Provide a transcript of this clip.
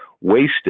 Wasted